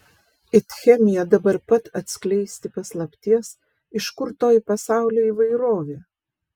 it chemija dabar pat atskleisti paslapties iš kur toji pasaulio įvairovė